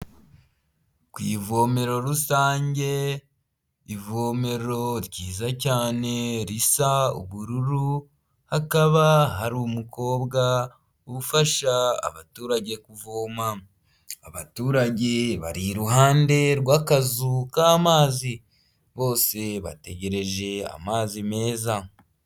Ku ivomero rusange ivomero ryiza cyane risa ubururu, hakaba hari umukobwa ufasha abaturage kuvoma. Abaturage bari iruhande rw'akazu k'amazi bose bategereje amazi meza.